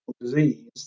disease